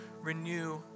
renew